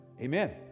amen